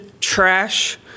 trash